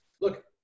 look